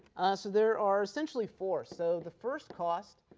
so there are essentially four. so the first cost